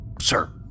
sir